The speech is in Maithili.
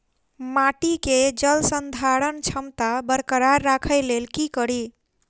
माटि केँ जलसंधारण क्षमता बरकरार राखै लेल की कड़ी?